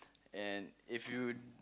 and if you